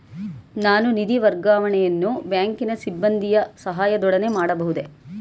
ನಾನು ನಿಧಿ ವರ್ಗಾವಣೆಯನ್ನು ಬ್ಯಾಂಕಿನ ಸಿಬ್ಬಂದಿಯ ಸಹಾಯದೊಡನೆ ಮಾಡಬಹುದೇ?